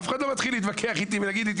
אף אחד לא מתחיל להתווכח איתי ולהגיד לי,